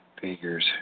figures